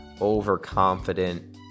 overconfident